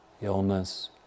illness